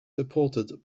supported